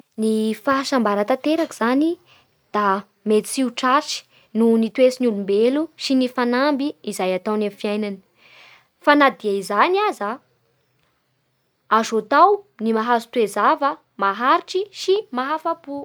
Ny fahasambara tanteraky zany da mety tsy ho tratsy noho ny toetsin'ny olombelo sy ny fanamby izay ataony amin'ny fiainany, fa na de zagny aza azo atao ny mahazo toe-java maharitry sy mahafa-po.